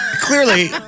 clearly